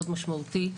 מאוד משמעותי,